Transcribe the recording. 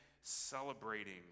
celebrating